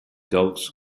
dogs